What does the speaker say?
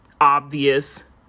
obvious